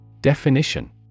Definition